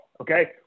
Okay